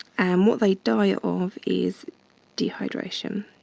and what they die of is dehydration.